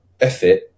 effort